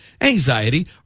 anxiety